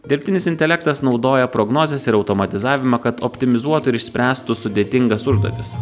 dirbtinis intelektas naudoja prognozes ir automatizavimą kad optimizuotų ir išspręstų sudėtingas užduotis